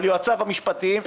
על יועציו המשפטיים,